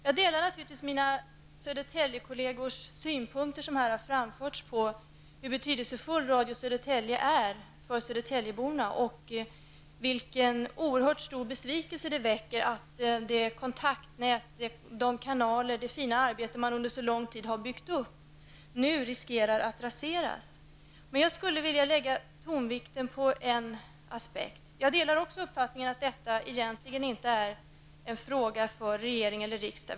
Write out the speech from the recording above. Jag delar givetvis mina Södertäljekollegers synpunkter på betydelsen av Radio Södertälje för södertäljeborna och kan understryka den oerhörda besvikelse som det väcker att det kontaktnät, de kanaler och det fina arbete som man under så lång tid har byggt upp nu riskerar att raseras. Det är en aspekt som jag skulle vilja lägga tonvikten på. Jag delar också uppfattningen att detta egentligen inte är en fråga för regeringen eller riksdagen.